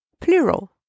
plural